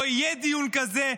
לא יהיה דיון כזה,